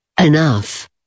Enough